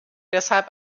deshalb